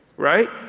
right